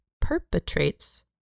perpetrates